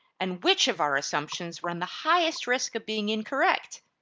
and which of our assumptions run the highest risk of being incorrect?